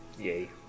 Yay